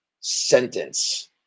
sentence